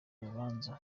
rubanza